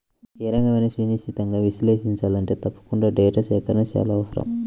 ఏ రంగన్నైనా సునిశితంగా విశ్లేషించాలంటే తప్పకుండా డేటా సేకరణ చాలా అవసరం